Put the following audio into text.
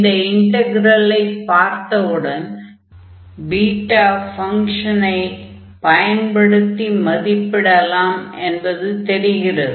இந்த இன்டக்ரலைப் பார்த்தவுடன் பீட்டா ஃபங்ஷனை பயன்படுத்தி மதிப்பிடலாம் என்பது தெரிகிறது